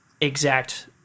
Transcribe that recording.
exact